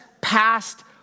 past